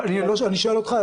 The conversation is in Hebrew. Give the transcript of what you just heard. אני שואל אותך,